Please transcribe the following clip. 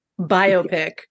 biopic